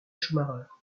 schumacher